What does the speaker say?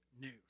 news